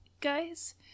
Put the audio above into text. guys